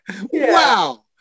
Wow